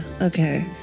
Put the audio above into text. Okay